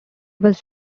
was